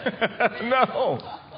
No